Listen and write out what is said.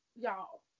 y'all